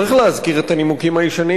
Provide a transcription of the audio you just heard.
צריך להזכיר את הנימוקים הישנים,